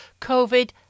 COVID